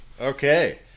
Okay